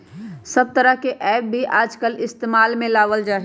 सब तरह के ऐप भी आजकल इस्तेमाल में लावल जाहई